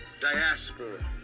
Diaspora